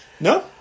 No